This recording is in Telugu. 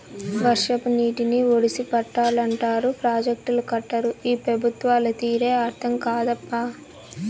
వర్షపు నీటిని ఒడిసి పట్టాలంటారు ప్రాజెక్టులు కట్టరు ఈ పెబుత్వాల తీరే అర్థం కాదప్పా